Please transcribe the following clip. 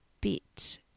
bit